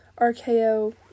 RKO